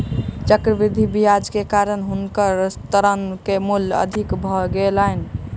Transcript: चक्रवृद्धि ब्याज के कारण हुनकर ऋण के मूल अधिक भ गेलैन